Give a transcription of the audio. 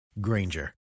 Granger